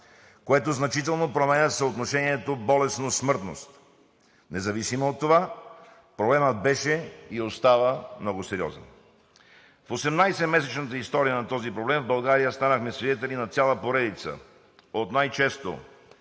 което значително променя съотношението болестност – смъртност. Независимо от това, проблемът беше и остава много сериозен. В 18-месечната история на този проблем в България станахме свидетели на цяла поредица от най-често